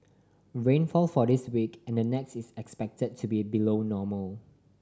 rainfall for this week and the next is expected to be below normal